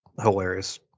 hilarious